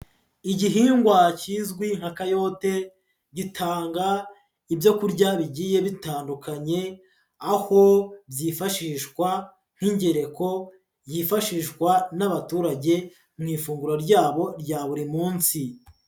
Igihingwa kizwi nka kayote, gitanga ibyo kurya bigiye bitandukanye, aho byifashishwa nk'ingereko yifashishwa n'abaturage mu ifunguro ryabo rya buri munsi.